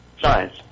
Science